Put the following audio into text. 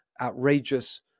outrageous